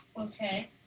Okay